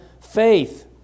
faith